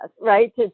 right